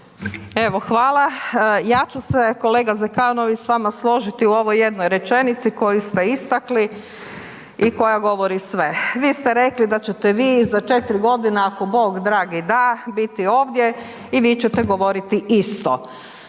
Evo, hvala. Ja ću se, kolega Zekanović s vama složiti u ovoj jednoj rečenici koju ste istakli i koja govori sve. Vi ste rekli da ćete vi za 4 godine, ako Bog dragi da, biti ovdje i vi ćete govoriti isto.